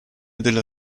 della